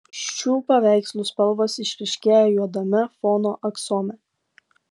šių paveikslų spalvos išryškėja juodame fono aksome